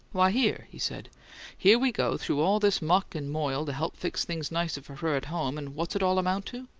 why, here, he said here we go through all this muck and moil to help fix things nicer for her at home, and what's it all amount to?